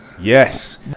Yes